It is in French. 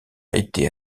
été